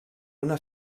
una